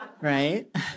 right